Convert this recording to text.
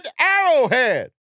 Arrowhead